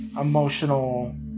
emotional